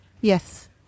Yes